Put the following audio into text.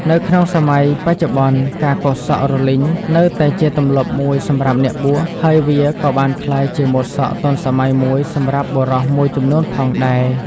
នៅក្នុងសម័យបច្ចុប្បន្ន ការកោរសក់រលីងនៅតែជាទម្លាប់មួយសម្រាប់អ្នកបួស ហើយវាក៏បានក្លាយជាម៉ូតសក់ទាន់សម័យមួយសម្រាប់បុរសមួយចំនួនផងដែរ។